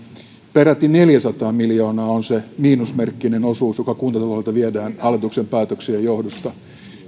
peräti neljäsataa miljoonaa on se miinusmerkkinen osuus joka kuntataloudelta viedään hallituksen päätöksien johdosta